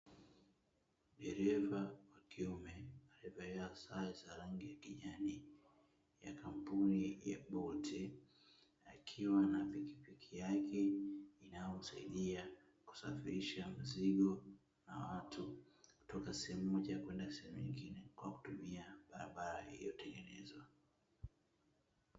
Dereva wa kiume alievalia sare za rangi ya kijani, ya kampuni ya "Bolt", akiwa na pikipiki yake inayomsaidia kusafirisha mzigo na watu, kutoka sehemu moja kwenda sehemu nyingine, kwa kutumia barabara iliyotengenezwa.